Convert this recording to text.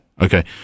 Okay